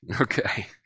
okay